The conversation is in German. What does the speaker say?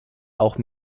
auch